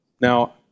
Now